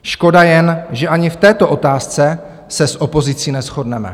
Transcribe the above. Škoda jen, že ani v této otázce se s opozicí neshodneme.